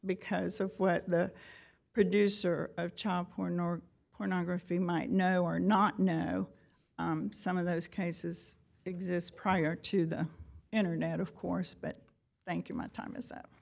because of what the producer of child porn or pornography might know or not know some of those cases exist prior to the internet of course but thank you my time is up